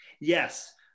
Yes